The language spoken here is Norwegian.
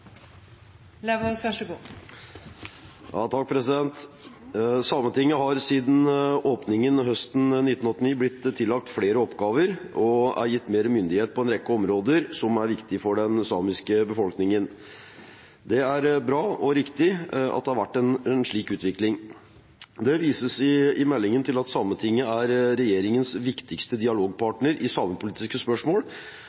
gitt mer myndighet på en rekke områder som er viktige for den samiske befolkningen. Det er bra og riktig at det har vært en slik utvikling. Det vises i meldingen til at Sametinget er regjeringens viktigste